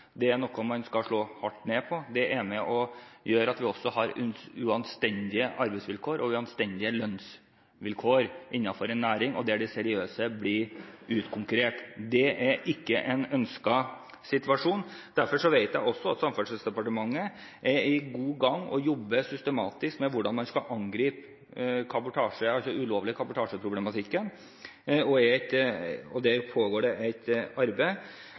Det er noe man skal slå hardt ned på. Det gjør også at vi har uanstendige arbeidsvilkår og lønnsvilkår innenfor en næring der de seriøse blir utkonkurrert. Det er ikke en ønsket situasjon, derfor vet jeg også at Samferdselsdepartementet er godt i gang og jobber systematisk med hvordan man skal angripe problematikken rundt ulovlig kabotasje. Der pågår det et arbeid, og det kommer også en rapport rett over påske om hvilke tiltak som skal iverksettes. Det